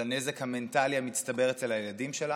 על הנזק המנטלי המצטבר אצל הילדים שלנו,